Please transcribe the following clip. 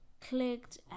Clicked